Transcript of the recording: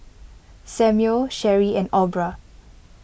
Samuel Cherie and Aubra